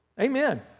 Amen